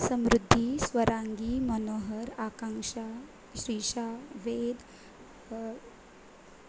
समृद्धी स्वरांगी मनोहर आकांक्षा श्रिषा वेद प